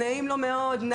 נעים לו מאוד,